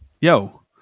Yo